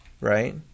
right